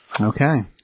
Okay